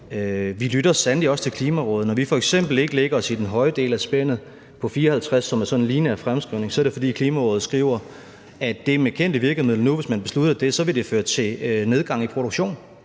Vi lytter sandelig også til Klimarådet. Når vi f.eks. ikke lægger os i den høje del af spændet på 54 pct., som er sådan en lineær fremskrivning, er det, fordi Klimarådet skriver, at det med kendte virkemidler nu, hvis man beslutter det, vil føre til en nedgang i produktionen.